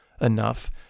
enough